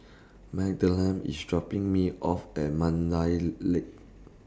Madalyn IS dropping Me off At Mandai Lake